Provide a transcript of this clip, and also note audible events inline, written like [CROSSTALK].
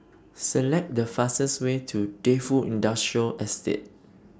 [NOISE] Select The fastest Way to Defu Industrial Estate